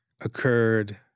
occurred